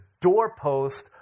doorpost